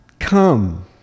Come